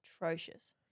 atrocious